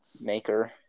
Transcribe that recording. maker